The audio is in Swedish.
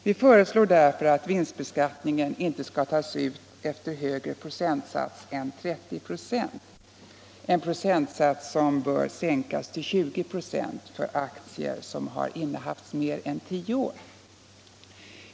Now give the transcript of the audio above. Vi föreslår därför att vinstbeskattningen inte skall tas ut efter högre procentsats än 30 96, en procentsats som dock bör sänkas till 20 96 för aktier som innehafts i mer än tio år.